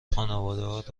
خانواده